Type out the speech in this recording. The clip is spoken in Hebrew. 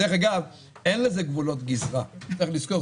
דרך אגב, אין לזה גבולות גזרה, צריך לזכור.